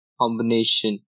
combination